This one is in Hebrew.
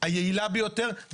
היעילה ביותר,